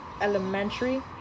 elementary